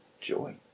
Joy